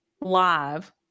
live